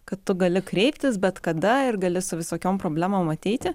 kad tu gali kreiptis bet kada ir gali su visokiom problemom ateiti